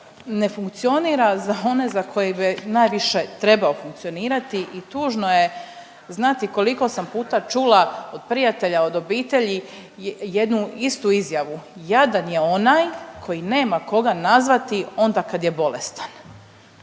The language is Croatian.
ne funkcionira za one za koje bi najviše trebao funkcionirati i tužno je znati koliko sam puta čula od prijatelja, od obitelji jednu istu izjavu, jadan je onaj koji nema koga nazvati onda kad je bolestan.